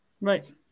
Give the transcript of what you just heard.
Right